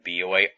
BOA